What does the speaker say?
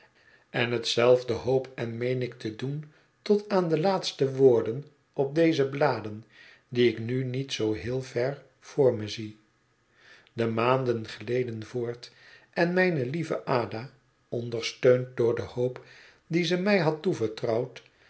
en hetzelfde hoop en meen ik te doen tot aan de laatste woorden op deze bladen die ik nu niet zoo heel ver voor mij zie be maanden gleden voort en mijne lieve ada ondersteund door de hoop die ze mij had toevertrouwd